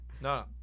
No